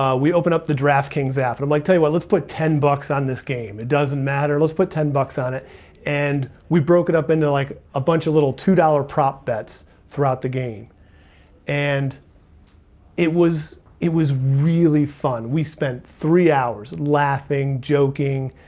um we open up the draftkings app and i'm like, tell you what, let's put ten bucks on this game. it doesn't matter. let's put ten bucks on it and we broke it up into and like a bunch of little two dollars prop bets throughout the game and it was it was really fun. we spent three hours laughing, joking,